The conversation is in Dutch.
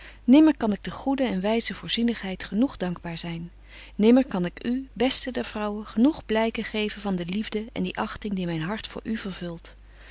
nimmer kan ik de goede en wyze voorzienigheid genoeg dankbaar zyn nimmer kan ik u beste der vrouwen genoeg blyken geven van die liefde en die achting die myn hart voor u vervult